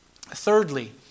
Thirdly